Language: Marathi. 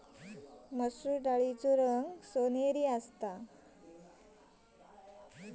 मसुर डाळीचो रंग सोनेरी असता